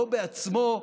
לא בעצמו,